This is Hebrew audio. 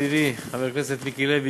ידידי חבר הכנסת מיקי לוי,